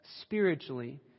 spiritually